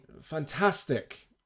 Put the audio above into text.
fantastic